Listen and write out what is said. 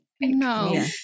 No